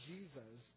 Jesus